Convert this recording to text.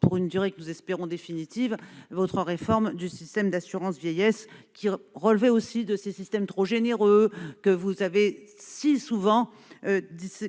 pour une durée que nous espérons définitive, votre réforme du système d'assurance vieillesse, que vous estimiez trop généreux et que vous avez si souvent